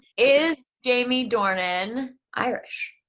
is jamie dornan irish?